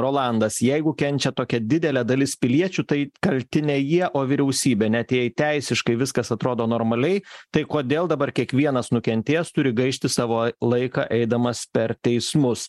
rolandas jeigu kenčia tokia didelė dalis piliečių tai kalti ne jie o vyriausybė net jei teisiškai viskas atrodo normaliai tai kodėl dabar kiekvienas nukentėjęs turi gaišti savo laiką eidamas per teismus